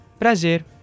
Prazer